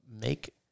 make